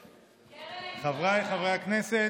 חבריי חברי הכנסת,